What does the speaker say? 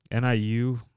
NIU